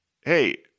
hey